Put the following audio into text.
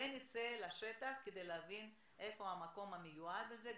ונצא לשטח כדי להבין איפה המקום המיועד הזה.